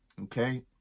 Okay